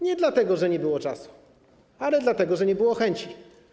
Nie dlatego, że nie było czasu, ale dlatego, że nie było chęci.